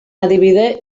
adibide